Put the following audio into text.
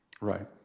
right